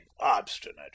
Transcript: obstinate